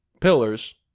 pillars